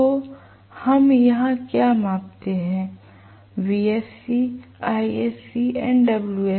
तो हम यहाँ क्या मापते हैं Vsc Isc और Wsc